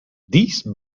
these